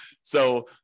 So-